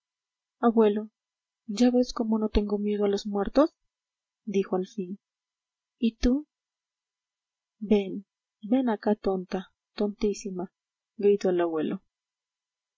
abuelo ya ves cómo no tengo miedo a los muertos dijo al fin y tú ven ven acá tonta tontísima gritó el abuelo